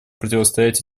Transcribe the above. противостоять